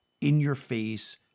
in-your-face